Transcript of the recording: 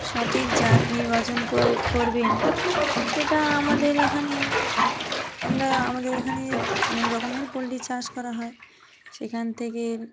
সঠিক জাত নির্বাচন কোর করবেন সেটা আমাদের এখানে আমরা আমাদের এখানে অনেক রকমের পোলট্রি চাষ করা হয় সেখান থেকে